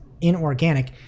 inorganic